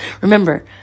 Remember